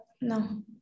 No